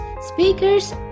speakers